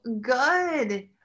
good